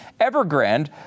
Evergrande